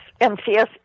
MCS